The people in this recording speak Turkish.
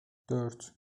dört